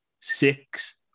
Six